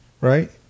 right